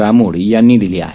रामोड यांनी दिली आहे